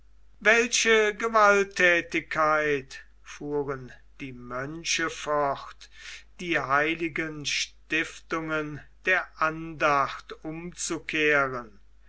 welche gewalttätigkeit fuhren die mönche fort die heiligen stiftungen der andacht umzukehren